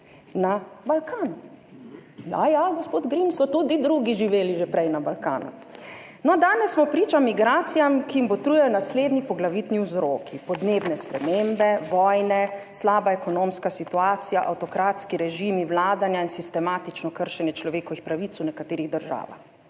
na Balkanu. Ja, ja, gospod Grims, so tudi drugi živeli že prej na Balkanu. No, danes smo priča migracijam, ki jim botrujejo naslednji poglavitni vzroki: podnebne spremembe, vojne, slaba ekonomska situacija, avtokratski režimi vladanja in sistematično kršenje človekovih pravic v nekaterih državah.